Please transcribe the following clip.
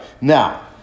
Now